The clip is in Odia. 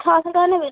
ଛଅଶହ ଟଙ୍କା ନେବେନି